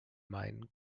meinen